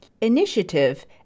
initiative